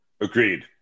Agreed